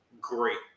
great